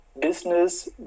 business